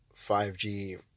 5G